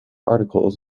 articles